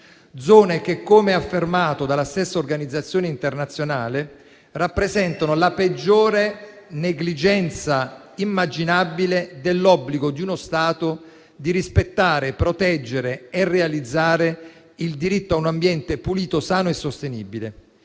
zone che - come affermato dalla stessa Organizzazione internazionale - rappresentano la peggiore negligenza immaginabile dell'obbligo di uno Stato di rispettare, proteggere e realizzare il diritto a un ambiente pulito, sano e sostenibile.